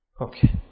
Okay